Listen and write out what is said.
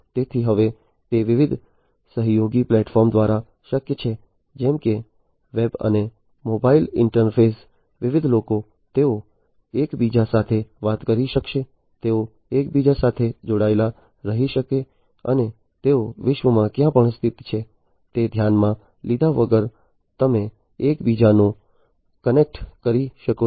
તેથી હવે તે વિવિધ સહયોગી પ્લેટફોર્મ્સ દ્વારા શક્ય છે જેમ કે વેબ અને મોબાઇલ ઇન્ટરફેસ વિવિધ લોકો તેઓ એકબીજા સાથે વાત કરી શકશે તેઓ એકબીજા સાથે જોડાયેલા રહી શકશે અને તેઓ વિશ્વમાં ક્યાં પણ સ્થિત છે તે ધ્યાનમાં લીધા વગર તમે એકબીજાને કનેક્ટ કરી શકો છો